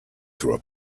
through